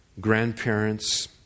grandparents